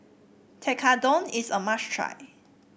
tekkadon is a must try